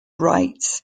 rites